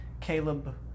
Caleb